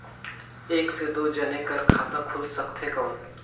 एक से दो जने कर खाता खुल सकथे कौन?